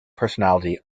personality